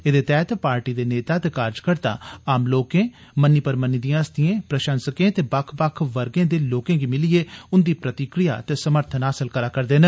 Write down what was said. एह्दे तैह्त पार्टी दे नेता ते कार्जकर्ता आम लोकें मन्नी परमन्नी दिए हस्तिए प्रशंसकें ते बक्ख बक्ख वर्गे ते लोकें गी मिलियै उंदी प्रतिक्रिया ते समर्थन हासल करै करदे न